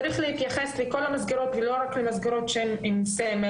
צריך להתייחס לכל המסגרות ולא רק למסגרות עם סמל.